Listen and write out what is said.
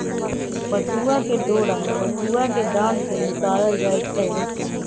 पटूआ के डोरा पटूआ कें डार से निकालल जाइ छइ